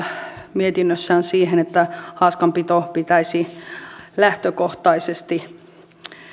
mietinnössään siihen että haaskanpito pitäisi lähtökohtaisesti